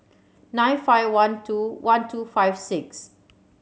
nine five one two one two five six